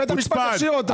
בית המשפט העליון אישר אותם.